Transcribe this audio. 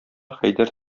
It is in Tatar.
хәйдәр